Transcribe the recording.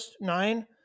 nine